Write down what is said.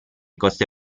coste